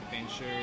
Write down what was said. adventure